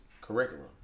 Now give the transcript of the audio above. curriculum